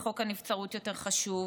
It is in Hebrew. וחוק הנבצרות יותר חשוב,